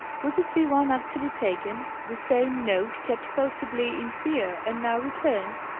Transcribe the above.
was it the one actually taken the same note kept possibly, in fear, and now returned?